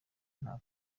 nta